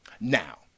now